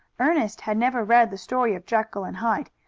ernest had never read the story of jekyll and hyde,